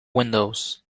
windows